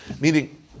Meaning